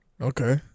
Okay